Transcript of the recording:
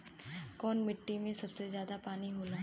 कौन मिट्टी मे सबसे ज्यादा पानी होला?